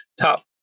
top